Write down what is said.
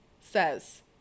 says